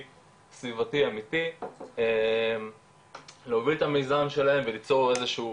סביבתי אמיתי להוביל את המיזם שלהם וליצור איזה שהוא